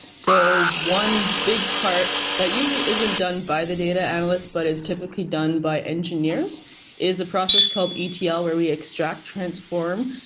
so one big part that usually isn't done by the data analyst but is typically done by engineers is a process called etl yeah ah where we extract, transform,